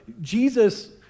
Jesus